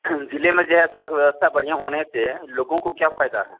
जिले में जो है सड़क व्यवस्था बढ़िया होने से लोगों को क्या फायदा है